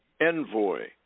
envoy